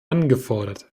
angefordert